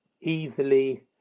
easily